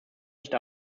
nicht